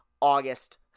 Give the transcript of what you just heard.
August